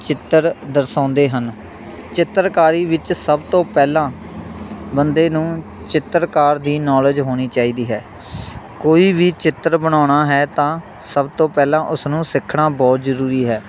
ਚਿੱਤਰ ਦਰਸਾਉਂਦੇ ਹਨ ਚਿੱਤਰਕਾਰੀ ਵਿੱਚ ਸਭ ਤੋਂ ਪਹਿਲਾਂ ਬੰਦੇ ਨੂੰ ਚਿੱਤਰਕਾਰ ਦੀ ਨੌਲੇਜ ਹੋਣੀ ਚਾਹੀਦੀ ਹੈ ਕੋਈ ਵੀ ਚਿੱਤਰ ਬਣਾਉਣਾ ਹੈ ਤਾਂ ਸਭ ਤੋਂ ਪਹਿਲਾਂ ਉਸਨੂੰ ਸਿੱਖਣਾ ਬਹੁਤ ਜ਼ਰੂਰੀ ਹੈ